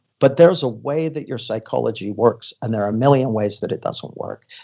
but there's a way that your psychology works, and there are million ways that it doesn't work.